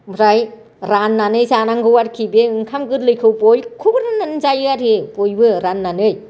ओमफ्राय राननानै जानांगौ आरोखि बे ओंखाम गोरलैखौ बयखौबो राननानै जायो आरो बयबो राननानै